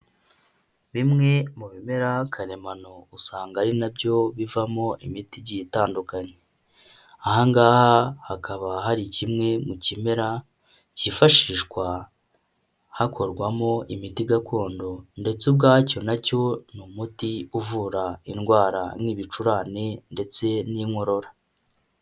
Bimwe mu bimera karemano usanga ari nabyo bivamo imiti, igiye itandukanye, aha ngaha hakaba hari kimwe mu kimera cyifashishwa hakorwamo imiti gakondo ndetse ubwacyo nacyo ni umuti, uvura indwara nk'ibicurane ndetse n'inkorora.